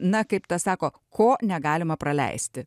na kaip tas sako ko negalima praleisti